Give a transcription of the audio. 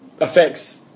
affects